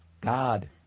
God